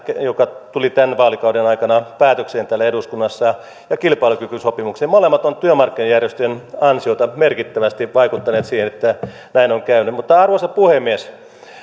joka tuli tämän vaalikauden aikana päätökseen täällä eduskunnassa ja ja kilpailukykysopimukseen molemmat ovat työmarkkinajärjestöjen ansiota ne ovat merkittävästi vaikuttaneet siihen että näin on käynyt mutta arvoisa puhemies